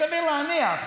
סביר להניח,